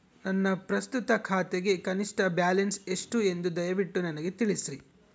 ನನ್ನ ಪ್ರಸ್ತುತ ಖಾತೆಗೆ ಕನಿಷ್ಠ ಬ್ಯಾಲೆನ್ಸ್ ಎಷ್ಟು ಎಂದು ದಯವಿಟ್ಟು ನನಗೆ ತಿಳಿಸ್ರಿ